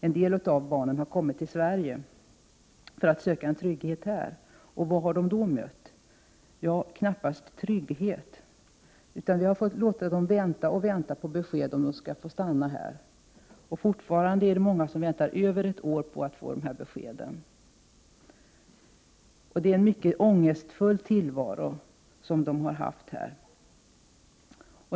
En del av barnen har kommit till Sverige för att söka trygghet här. Och vad har de då mött? Knappast trygghet. Vi har låtit dem vänta och vänta på besked, om de får stanna här. Fortfarande är det många som väntat över ett år på att få det beskedet. Det är en ångestfull tillvaro.